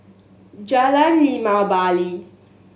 Jalan Limau Bali